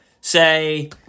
say